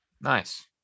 nice